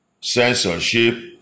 censorship